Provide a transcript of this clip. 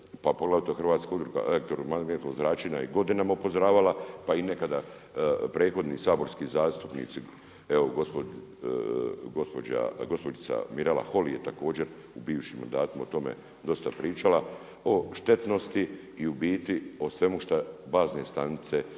Hrvatska udruga elektromagnetskog zračenja je godinama upozoravala pa i nekada prethodni saborski zastupnici, evo gospođica Mirela Holy je također u bivšim mandatima o tome dosta pričala o štetnosti i u biti o svemu što bazne stanice, tj.